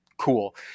cool